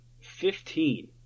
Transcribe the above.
Fifteen